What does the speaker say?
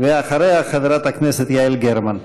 אחריה, חברת הכנסת יעל גרמן.